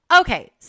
Okay